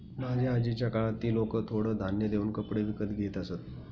माझ्या आजीच्या काळात ती लोकं थोडं धान्य देऊन कपडे विकत घेत असत